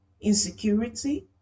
insecurity